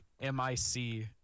M-I-C